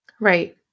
Right